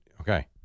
Okay